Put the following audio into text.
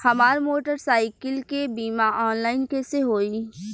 हमार मोटर साईकीलके बीमा ऑनलाइन कैसे होई?